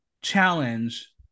challenge